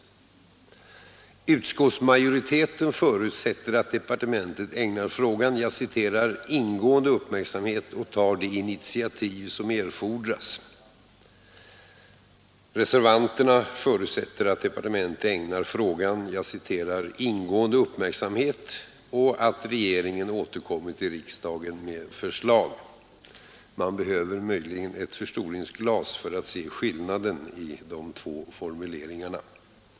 Utskottsmajoriteten förutsätter att departementet ägnar frågan ”ingående uppmärksamhet och tar de initiativ som erfordras”. Reservanterna förutsätter att departementet ägnar frågan ”ingående uppmärksamhet och att regeringen återkommer till riksdagen med förslag”. Man behöver möjligen ett förstoringsglas för att se skillnaden i de två formuleringarna.